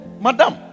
madam